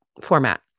format